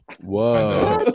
Whoa